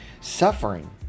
Suffering